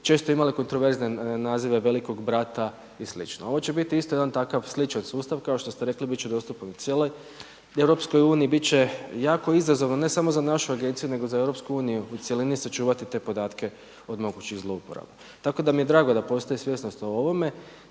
često imale kontraverzne nazive velikog brata i slično. Ovo će biti isto jedan takav sličan sustav. Kao što ste rekli bit će dostupan cijeloj EU. Bit će jako izazovan ne samo za našu agenciju nego za EU u cjelini sačuvati te podatke od mogućih zlouporaba. Tako da mi je drago da postoji svjesnost o ovome.